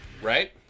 Right